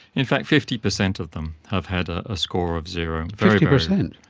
in fact fifty percent of them have had a score of zero. fifty percent?